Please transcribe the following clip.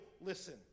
listen